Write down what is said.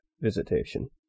visitation